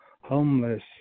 homeless